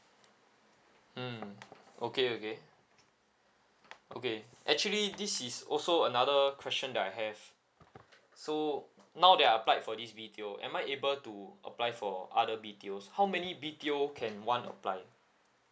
mm okay okay okay actually this is also another question that I have so now that I applied for this B_T_O am I able to apply for other B_T_O how many B_T_O can one apply